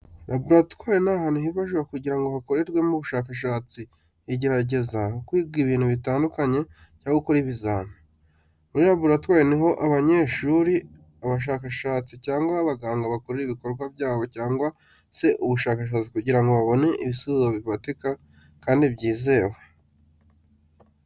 Laboratwari ni ahantu hifashishwa kugira ngo hakorerwemo ubushakashatsi, igerageza, kwiga ibintu bitandukanye cyangwa gukora ibizamini. Muri laboratwari ni ho abanyeshuri, abashakashatsi, cyangwa abaganga bakorera ibikorwa byabo cyangwa se ubushakashatsi kugira ngo babone ibisubizo bifatika kandi byizewe.